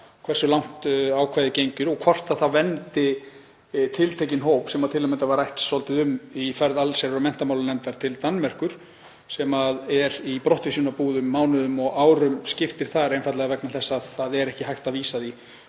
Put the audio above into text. hversu langt ákvæðið gangi og hvort það verndi tiltekinn hóp, sem til að mynda var rætt svolítið um í ferð allsherjar- og menntamálanefndar til Danmerkur, sem er þar í brottvísunarbúðum svo mánuðum og árum skiptir, einfaldlega vegna þess að það er ekki hægt að vísa